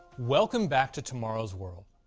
welcome back to tomorrow's world.